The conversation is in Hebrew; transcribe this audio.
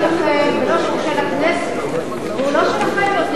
הוא של הכנסת, הוא לא שלכם יותר.